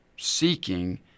seeking